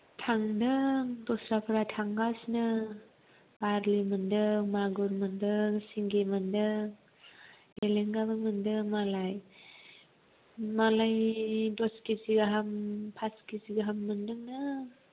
थांदों दस्राफ्रा थांगासिनो बारलि मोनदों मागुर मोनदों सिंगि मोनदों एलेंगाबो मोनदोंमालाय मालाय दस केजि गाहाम फास केजि गाहाम मोनदोंनो